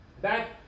Back